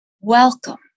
welcome